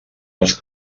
les